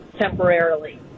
temporarily